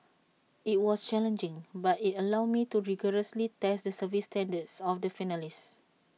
IT was challenging but IT allowed me to rigorously test the service standards of the finalist